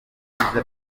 ibyiza